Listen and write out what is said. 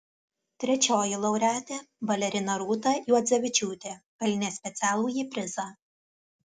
trečioji laureatė balerina rūta juodzevičiūtė pelnė specialųjį prizą